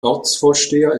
ortsvorsteher